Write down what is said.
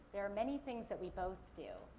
there are many things that we both do.